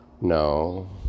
no